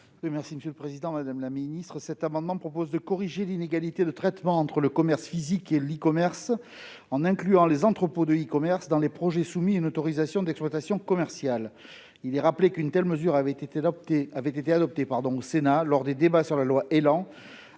Redon-Sarrazy. Les auteurs de cet amendement proposent de corriger l'inégalité de traitement entre commerce physique et e-commerce en incluant les entrepôts de e-commerce dans les projets soumis à une autorisation d'exploitation commerciale. Une telle mesure avait été adoptée au Sénat lors des débats sur la loi du